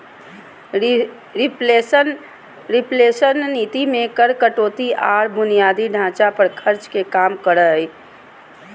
reflation नीति मे कर कटौती आर बुनियादी ढांचा पर खर्च के काम करो हय